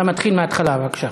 אתה מתחיל מההתחלה, בבקשה.